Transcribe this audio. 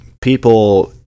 people